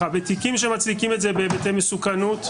מאחר ותיקים שמצדיקים את זה בהיבטי מסוכנות,